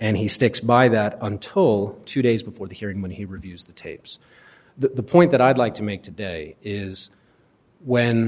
and he sticks by that until two days before the hearing when he reviews the tapes the point that i'd like to make today is when